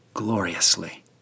gloriously